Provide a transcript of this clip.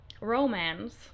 romance